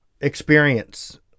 experience